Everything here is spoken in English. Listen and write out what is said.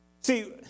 See